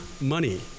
money